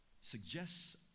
suggests